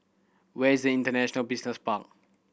where is International Business Park